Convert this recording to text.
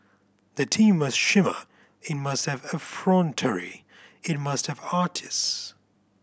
the team must shimmer it must have effrontery it must have artist